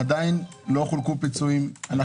עדיין לא חולקו פיצויים.